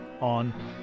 on